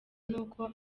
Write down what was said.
nuko